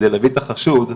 כדי להביא את החשוד,